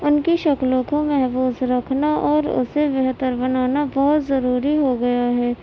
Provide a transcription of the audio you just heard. ان کی شکلوں کو محفوظ رکھنا اور اسے بہتر بنانا بہت ضروری ہو گیا ہے